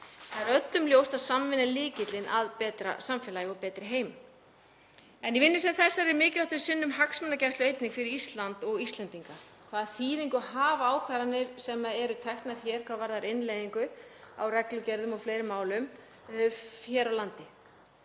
Það er öllum ljóst að samvinna er lykillinn að betra samfélagi og betri heimi. Í vinnu sem þessari er mikilvægt að við sinnum hagsmunagæslu einnig fyrir Ísland og Íslendinga. Hvað þýðingu hafa ákvarðanir sem eru teknar hér hvað varðar innleiðingu á reglugerðum og fleiri málum hér á landi